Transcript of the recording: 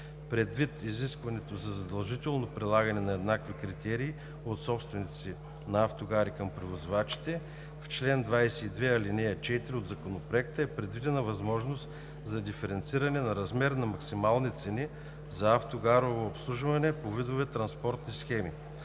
Предвид изискването за задължително прилагане на еднакви критерии от собственици на автогари към превозвачите, в чл. 22, ал. 2 от Законопроекта е предвидена възможност за диференциране на размер на максимални цени за автогарово обслужване по видове транспортни схеми.